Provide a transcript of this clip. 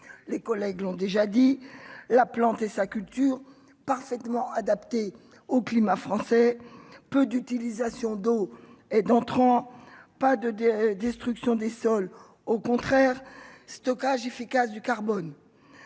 les collègues l'ont déjà dit, la planter sa culture parfaitement adaptée au climat français peu d'utilisation d'eau et d'entrants pas de de destruction des sols au contraire stockage efficace du carbone,